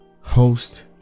Host